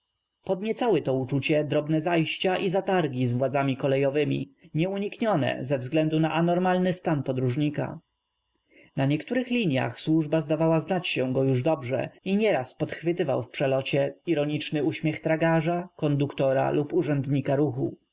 skalę podniecały to uczucie drobne zajścia i za targi z władzami kolejowemi nieuniknione ze względu na anormalny stan podróżnika na niektórych liniach służba zdawała się znać go już dobrze i nieraz podchwytywał w przelocie ironiczny uśmiech tragarza konduktora lub urzędnika ruchu